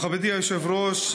מכובדי היושב-ראש,